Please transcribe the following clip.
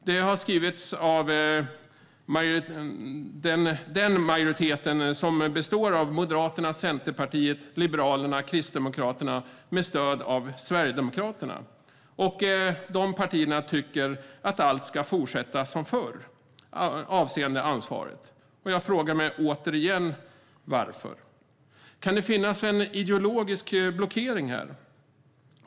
Det har skrivits av en majoritet bestående av Moderaterna, Centerpartiet, Liberalerna, Kristdemokraterna med stöd av Sverigedemokraterna. Dessa partier tycker att allt ska fortsätta som förr avseende ansvaret. Jag frågar mig återigen varför. Kan det finnas en ideologisk blockering här?